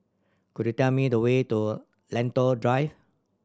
could you tell me the way to Lentor Drive